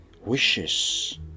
wishes